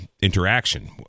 interaction